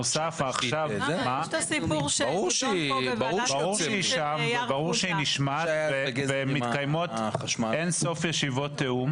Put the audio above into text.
ברור שהיא שם וברור שהיא נשמעת ומתקיימות אינסוף ישיבות תיאום.